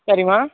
சரிமா